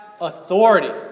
authority